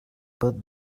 put